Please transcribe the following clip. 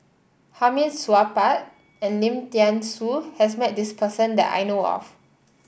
Hamid Supaat and Lim Thean Soo has met this person that I know of